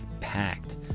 packed